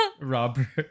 Robert